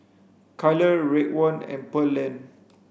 Kyler Raekwon and Pearlene